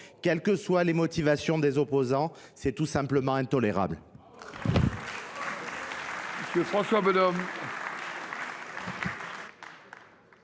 Quelles que soient les motivations de ces opposants, c’est tout simplement intolérable